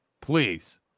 Please